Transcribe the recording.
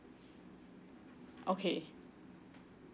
okay